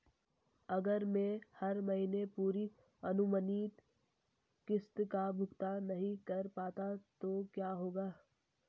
अगर मैं हर महीने पूरी अनुमानित किश्त का भुगतान नहीं कर पाता तो क्या होगा?